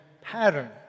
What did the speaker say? pattern